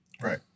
Right